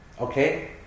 Okay